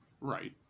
right